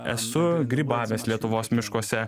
esu grybavęs lietuvos miškuose